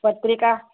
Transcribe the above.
पत्रिका